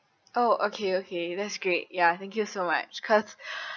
oh okay okay that's great ya thank you so much cause